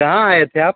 कहाँ आए थे आप